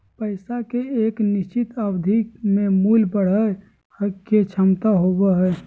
पैसा के एक निश्चित अवधि में मूल्य बढ़य के क्षमता होबो हइ